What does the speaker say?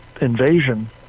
invasion